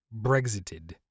brexited